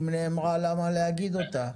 אם היא נאמרה למה להגיד אותה?